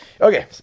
Okay